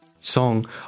song